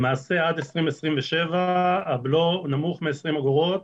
למעשה עד 2027 הבלו נמוך מ-20 אגורות